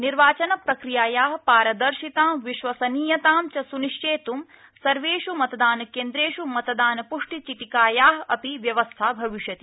निर्वाचनप्रक्रियायाः पारदर्शितां विश्वसनीयतां च सुनिश्चेत् सर्वेष् मतदानकेन्द्रेष् मतदानप्रष्टिचिटिकायाः अपि व्यवस्था भविष्यति